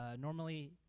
Normally